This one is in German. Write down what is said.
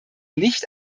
nicht